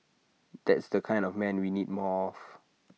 that's the kind of man we need more of